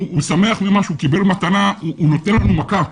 הוא קיבל מתנה, הוא נותן לי מכה.